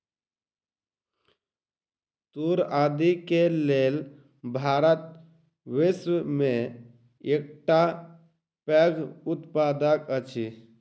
तूर आदि के लेल भारत विश्व में एकटा पैघ उत्पादक अछि